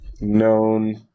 known